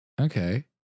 Okay